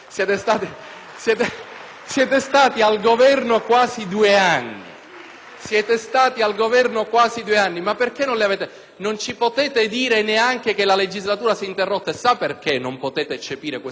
Siete stati al Governo quasi due anni. Non ci potete dire neanche che la legislatura si è interrotta e sa per quale motivo non potete eccepire questa scusa? Perché quelle norme che sono già in vigore nell'ordinamento giuridico,